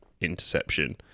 interception